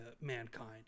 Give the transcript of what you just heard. mankind